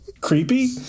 creepy